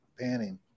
panning